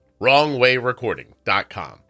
WrongWayRecording.com